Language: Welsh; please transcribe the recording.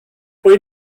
pwy